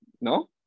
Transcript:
no